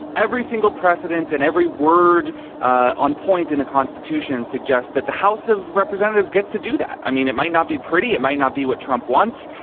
every single precedent and every word ah on point in the constitution. suggests that the house of representatives gets to do that. i mean, it might not be pretty, it might not be what trump wants.